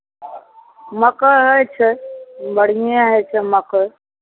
मकइ होइ छै बढ़िएँ होइ छै मकइ